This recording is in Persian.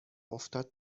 افتاد